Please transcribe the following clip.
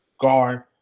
guard